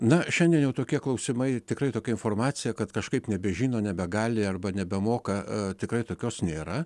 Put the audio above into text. na šiandien jau tokie klausimai tikrai tokia informacija kad kažkaip nebežino nebegali arba nebemoka tikrai tokios nėra